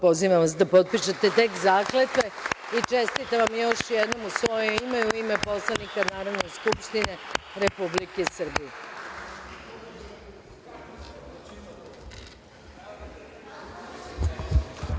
vas da potpišete tek zakletve i čestitam vam još jednom u svoje ime i u ime poslanika Narodne skupštine Republike Srbije. Želim